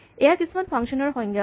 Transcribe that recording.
এয়া কিছুমান ফাংচন ৰ সংজ্ঞা